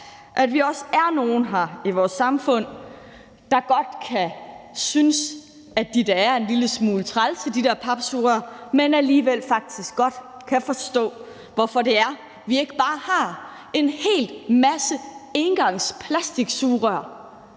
at vi også er nogle her i vores samfund, der godt kan synes, at de der papsugerør da er en lille smule trælse, men som alligevel faktisk godt kan forstå, hvorfor det er, vi ikke bare har en hel masse engangsplastiksugerør,